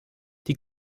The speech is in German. die